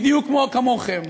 בדיוק כמוכם.